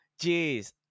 jeez